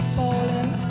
falling